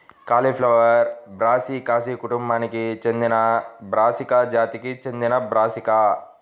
cauliflower బ్రాసికాసి కుటుంబానికి చెందినబ్రాసికా జాతికి చెందినబ్రాసికా